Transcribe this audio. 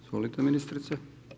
Izvolite, ministrice.